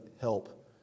help